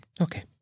Okay